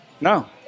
no